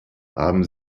haben